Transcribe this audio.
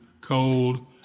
cold